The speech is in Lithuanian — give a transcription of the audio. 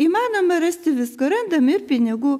įmanoma rasti visko randam ir pinigų